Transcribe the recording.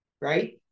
right